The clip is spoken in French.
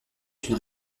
une